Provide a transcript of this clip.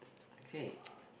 okay